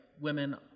women